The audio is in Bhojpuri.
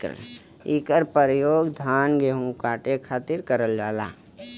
इकर परयोग धान गेहू काटे खातिर करल जाला